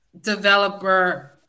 developer